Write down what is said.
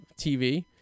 TV